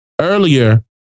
Earlier